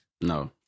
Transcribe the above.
No